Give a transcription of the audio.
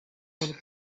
del